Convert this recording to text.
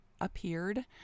appeared